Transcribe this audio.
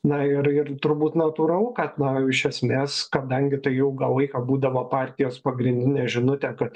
na ir ir turbūt natūralu kad na iš esmės kadangi tai ilgą laiką būdavo partijos pagrindinė žinutė kad